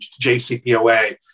JCPOA